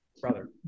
Brother